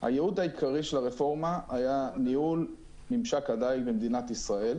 הייעוד העיקרי של הרפורמה היה ניהול ממשק הדייג במדינת ישראל,